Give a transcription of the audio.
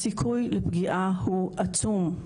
הסיכוי לפגיעה הוא עצום.